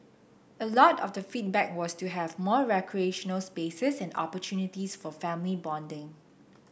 a lot of the feedback was to have more recreational spaces and opportunities for family bonding